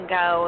go